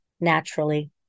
naturally